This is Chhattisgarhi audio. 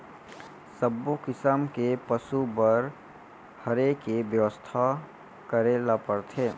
सब्बो किसम के पसु बर रहें के बेवस्था करे ल परथे